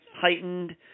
heightened